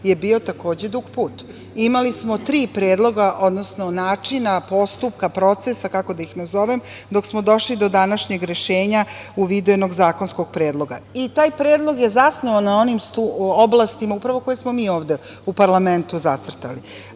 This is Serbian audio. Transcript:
je bio takođe dug put. Imali smo tri predloga, odnosno načina, postupka, procesa, kako da ih nazovem, dok smo došli do današnjeg rešenja u vidu jednog zakonskog predloga. Taj predlog je zasnovan na onim oblastima upravo koje smo mi ovde u parlamentu zacrtali,